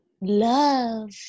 love